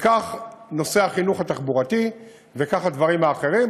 וכך נושא החינוך התחבורתי וכך הדברים האחרים,